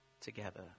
together